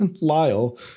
Lyle